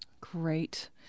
Great